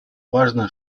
важно